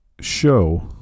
show